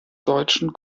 deutsche